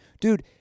Dude